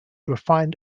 refined